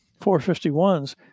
451s